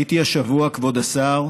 הייתי השבוע, כבוד השר,